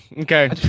Okay